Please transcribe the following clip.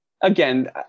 again